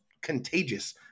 contagious